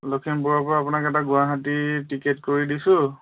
লখিমপুৰৰ পৰা আপোনাক এটা গুৱাহাটী টিকেট কৰি দিছোঁ